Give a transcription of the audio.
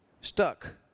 stuck